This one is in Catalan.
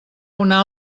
una